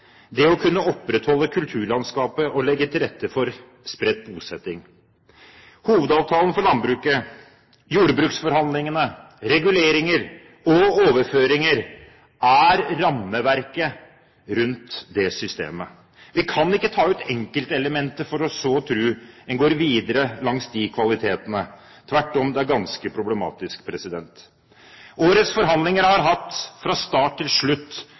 kvalitet å kunne opprettholde kulturlandskapet og legge til rette for spredt bosetting. Hovedavtalen for landbruket, jordbruksforhandlingene, reguleringer og overføringer er rammeverket rundt det systemet. Vi kan ikke ta ut enkeltelementer for så å tro at man går videre langs de kvalitetene. Tvert om – det er ganske problematisk. Årets forhandlinger har hatt fra start til slutt